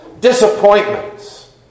disappointments